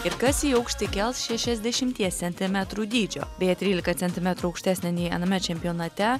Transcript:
ir kas į aukštį kels šešiasdešimties centimetrų dydžio bėje trylikos centimetrų aukštesnė nei aname čempionate